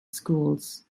schools